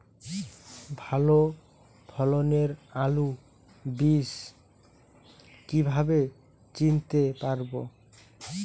ভালো ফলনের আলু বীজ কীভাবে চিনতে পারবো?